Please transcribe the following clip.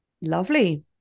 Lovely